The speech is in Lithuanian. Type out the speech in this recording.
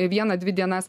vieną dvi dienas